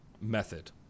method